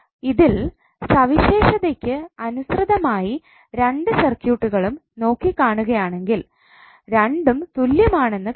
ഇതിൽ സവിശേഷതക്ക് അനുസൃതമായി 2 സർക്യൂട്ട്കളും നോക്കി കാണുകയാണെങ്കിൽ രണ്ടും തുല്യമാണെന്ന് കാണാം